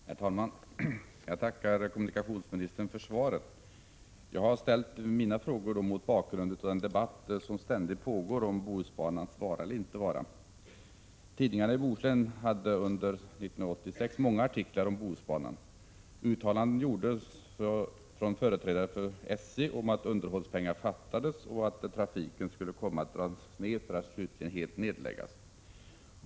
Herr talman! Jag tackar kommunikationsministern för svaret. Jag har ställt mina frågor mot bakgrund av den debatt som ständigt pågår om Bohusbanans vara eller inte vara. Tidningarna i Bohuslän hade under 1986 många artiklar om Bohusbanan. Uttalanden gjordes från företrädare för SJ om att underhållspengar fattades och att trafiken skulle komma att dras ned för att slutligen helt nedläggas.